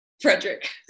Frederick